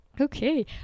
Okay